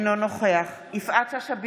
אינו נוכח יפעת שאשא ביטון,